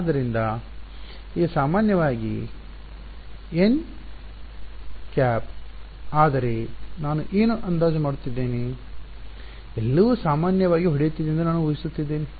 ಆದ್ದರಿಂದ ಆದ್ದರಿಂದ ಈಗ ಸಾಮಾನ್ಯವಾಗಿ nˆ ಆದರೆ ನಾನು ಏನು ಅಂದಾಜು ಮಾಡುತ್ತಿದ್ದೇನೆ ಎಲ್ಲವೂ ಸಾಮಾನ್ಯವಾಗಿ ಹೊಡೆಯುತ್ತಿದೆಯೆಂದು ನಾನು ಉಹಿಸುತ್ತಿದ್ದೇನೆ